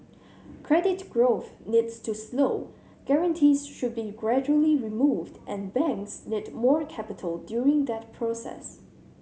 credit growth needs to slow guarantees should be gradually removed and banks need more capital during that process